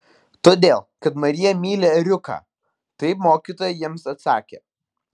todėl kad marija myli ėriuką taip mokytoja jiems atsakė